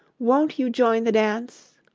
won't you join the dance?